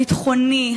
הביטחוני,